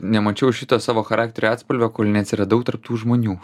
nemačiau šitą savo charakterio atspalvio kol atsiradau tarp tų žmonių